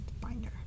binder